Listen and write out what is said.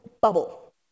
bubble